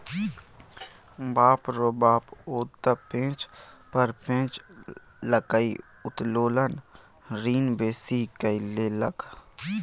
बाप रौ बाप ओ त पैंच पर पैंच लकए उत्तोलन ऋण बेसी कए लेलक